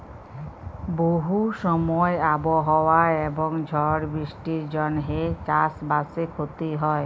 বহু সময় আবহাওয়া এবং ঝড় বৃষ্টির জনহে চাস বাসে ক্ষতি হয়